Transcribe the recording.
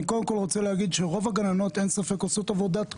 אין ספק שרוב הגננות עושות עבודת קודש,